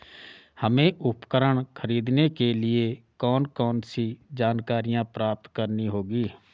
हमें उपकरण खरीदने के लिए कौन कौन सी जानकारियां प्राप्त करनी होगी?